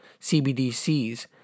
CBDCs